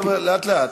חבר'ה, לאט-לאט.